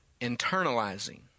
Internalizing